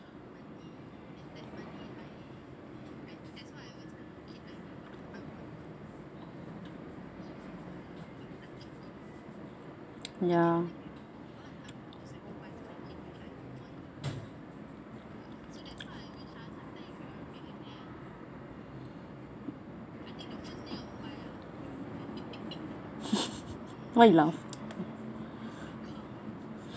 ya why you laugh